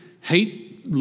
hate